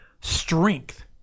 strength